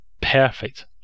perfect